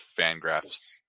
Fangraphs